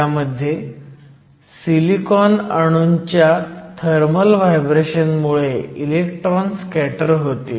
ह्यामध्ये सिलिकॉन अणूंच्या थर्मल व्हायब्रेशन मुळे इलेक्ट्रॉन स्कॅटर होतील